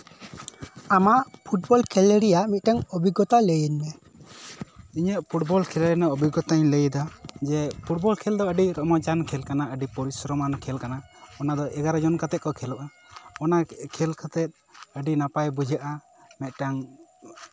ᱟᱢᱟᱜ ᱯᱷᱩᱴᱵᱚᱞ ᱠᱷᱮᱞ ᱨᱮᱭᱟᱜ ᱢᱤᱫᱴᱮᱝ ᱚᱵᱷᱤᱜᱽᱜᱚᱛᱟ ᱞᱟᱹᱭ ᱤᱧ ᱢᱮ ᱤᱧᱟᱹᱜ ᱯᱷᱩᱴᱵᱚᱞ ᱠᱷᱮᱞ ᱨᱮᱱᱟᱜ ᱚᱵᱷᱤᱜᱽᱜᱚᱛᱟᱧ ᱞᱟᱹᱭᱮᱫᱟ ᱡᱮ ᱯᱷᱩᱴᱵᱚᱞ ᱠᱷᱮᱞ ᱫᱚ ᱟᱹᱰᱤ ᱨᱚᱢᱚᱡᱟᱱ ᱠᱷᱮᱞ ᱠᱟᱱᱟ ᱟᱹᱰᱤ ᱯᱚᱨᱤᱥᱨᱚᱢᱟᱱ ᱠᱷᱮᱞ ᱠᱟᱱᱟ ᱚᱱᱟ ᱫᱚ ᱮᱜᱟᱨᱳ ᱡᱚᱱ ᱠᱟᱛᱮᱜ ᱠᱚ ᱠᱷᱮᱞᱳᱜᱼᱟ ᱚᱱᱟ ᱠᱷᱮᱞ ᱠᱟᱛᱮᱜ ᱟᱹᱰᱤ ᱱᱟᱯᱟᱭ ᱵᱩᱡᱷᱟᱹᱜᱼᱟ ᱢᱤᱫᱴᱟᱝ